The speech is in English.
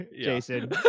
Jason